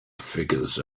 figures